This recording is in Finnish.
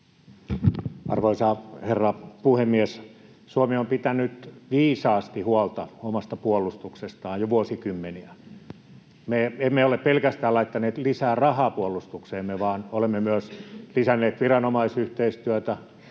Arvoisa herra puhemies! Suomi on jo vuosikymmeniä pitänyt viisaasti huolta omasta puolustuksestaan. Me emme ole pelkästään laittaneet lisää rahaa puolustukseemme, vaan olemme myös lisänneet viranomaisyhteistyötä,